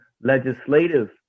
legislative